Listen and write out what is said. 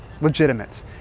legitimate